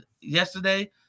yesterday